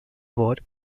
war